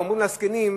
ואומרים לזקנים,